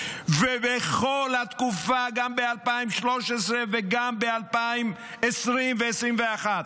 ובכל התקופה, גם ב-2013 וגם ב-2020 ו-2021,